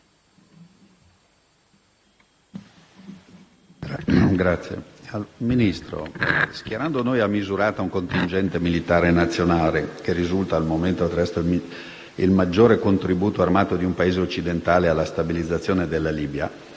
signor Ministro, schierando noi a Misurata un contingente militare nazionale che risulta al momento il maggiore contributo armato di un Paese occidentale alla stabilizzazione della Libia,